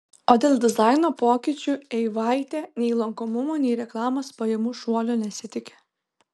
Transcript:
o dėl dizaino pokyčių eivaitė nei lankomumo nei reklamos pajamų šuolio nesitiki